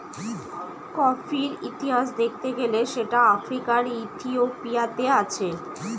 কফির ইতিহাস দেখতে গেলে সেটা আফ্রিকার ইথিওপিয়াতে আছে